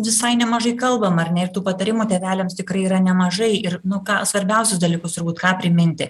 visai nemažai kalbama ar ne ir tų patarimų tėveliams tikrai yra nemažai ir nu ką svarbiausius dalykus turbūt ką priminti